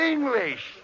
English